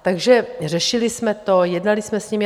Takže řešili jsme to, jednali jsme s nimi.